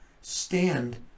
stand